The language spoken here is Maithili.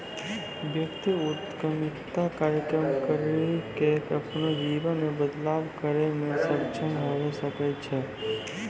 व्यक्ति उद्यमिता कार्यक्रम करी के अपनो जीवन मे बदलाव करै मे सक्षम हवै सकै छै